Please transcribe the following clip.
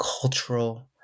cultural